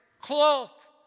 cloth